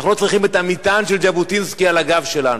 אנחנו לא צריכים את המטען של ז'בוטינסקי על הגב שלנו.